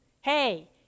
Hey